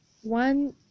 one